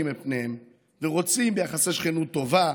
את פניהם ורוצים ביחסי שכנות טובה.